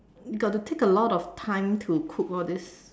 got to take a lot of time to cook all these